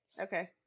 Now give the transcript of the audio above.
Okay